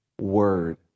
word